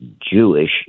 Jewish